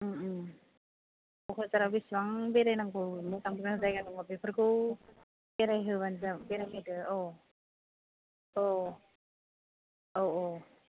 क'क्राझाराव बेसेबां बेरायनांगौ मोजां मोजां जायगा दङ बेफोरखौ बेरायहोबानो जाब बेरायहोदो औ औ औ औ